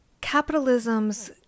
Capitalism's